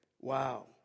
Wow